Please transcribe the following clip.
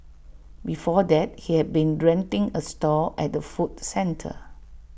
before that he had been renting A stall at the food centre